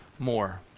more